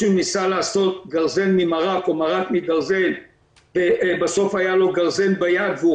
שניסה לעשות גרזן ממרק או מרק מברזל בסוף היה לו גרזן ביד והוא